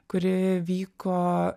kuri vyko